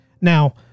now